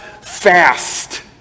fast